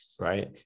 right